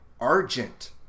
Argent